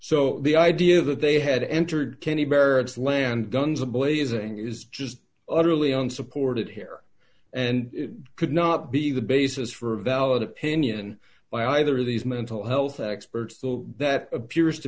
so the idea that they had entered kenney barracks land guns a blazing is just utterly unsupported here and could not be the basis for a valid opinion by either of these mental health experts though that appears to